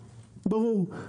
ברור.